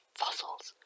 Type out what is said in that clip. fossils